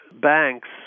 banks